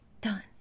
done